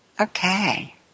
Okay